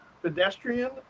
pedestrian